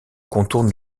contourne